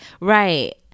Right